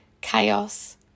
chaos